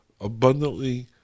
abundantly